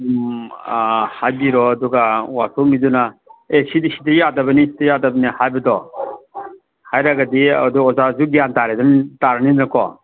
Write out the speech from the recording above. ꯍꯥꯏꯕꯤꯔꯣ ꯑꯗꯨꯒ ꯋꯥꯛꯁꯣꯞ ꯃꯤꯗꯨꯅ ꯑꯦ ꯁꯤꯗꯤ ꯁꯤꯗ ꯌꯥꯗꯕꯅꯤ ꯁꯤꯗ ꯌꯥꯗꯕꯅꯤ ꯍꯥꯏꯕꯗꯣ ꯍꯥꯏꯔꯒꯗꯤ ꯑꯗꯨ ꯑꯣꯖꯥꯁꯨ ꯒ꯭ꯌꯥꯟ ꯇꯥꯔꯦꯗꯅ ꯇꯥꯔꯅꯤꯗꯅꯀꯣ